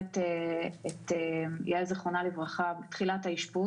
לגבי חוסרים בקהילה והמקום של משרד הרווחה בתוך הדבר